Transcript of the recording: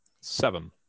Seven